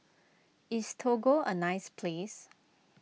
is Togo a nice place